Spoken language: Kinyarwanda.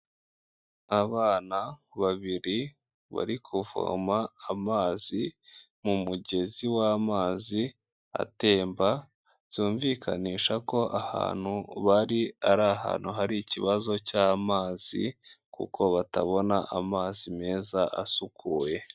Abana babiri bari kuvoma amazi mu mugezi w'amazi atemba, byumvikanisha ko ahantu bari ari ahantu hari ikibazo cy'amazi kuko batabona amazi meza asukuye.